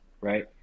right